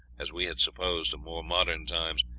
as we had supposed, of more modern times,